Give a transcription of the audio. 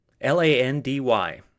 L-A-N-D-Y